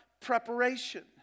preparation